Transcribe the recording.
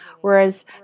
whereas